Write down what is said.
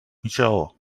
michelle